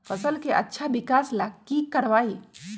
फसल के अच्छा विकास ला की करवाई?